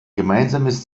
gemeinsames